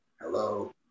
hello